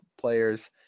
players